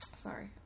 Sorry